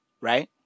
Right